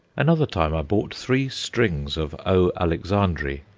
another time i bought three strings of o. alexandrae,